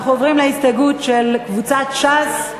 אנחנו עוברים להסתייגויות של קבוצת ש"ס.